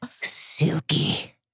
silky